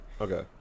Okay